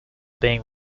being